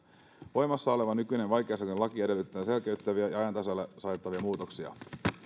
voimassa oleva nykyinen vaikeaselkoinen laki edellyttää selkeyttäviä ja ajan tasalle saatettavia muutoksia